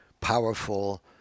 powerful